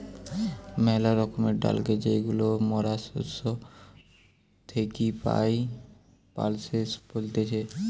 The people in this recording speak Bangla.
মেলা রকমের ডালকে যেইগুলা মরা শস্য থেকি পাই, পালসেস বলতিছে